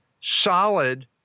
solid